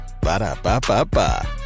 Ba-da-ba-ba-ba